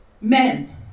Men